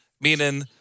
meaning